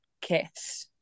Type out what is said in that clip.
KISS